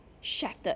shattered